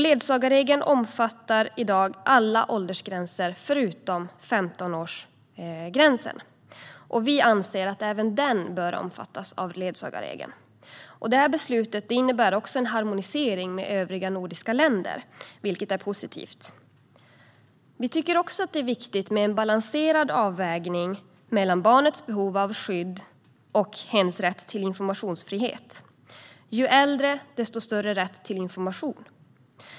Ledsagarregeln omfattar i dag alla åldersgränserna förutom femtonårsgränsen, och vi anser att även den bör omfattas av ledsagarregeln. Det beslutet innebär också en harmonisering med övriga nordiska länder, vilket är positivt. Regeringen tycker också att det är viktigt med en balanserad avvägning mellan barnets behov av skydd och hens rätt till informationsfrihet. Ju äldre, desto större rätt till information.